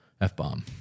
F-bomb